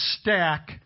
stack